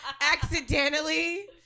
Accidentally